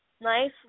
nice